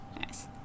Nice